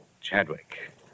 Chadwick